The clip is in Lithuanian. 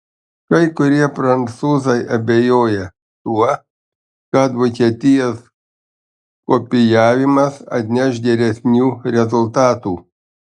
kai kurie prancūzai abejoja tuo kad vokietijos kopijavimas atneš geresnių rezultatų